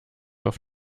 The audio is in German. auf